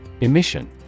Emission